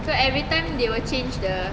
so everytime they will change the